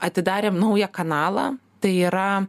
atidarėm naują kanalą tai yra